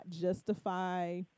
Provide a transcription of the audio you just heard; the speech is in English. justify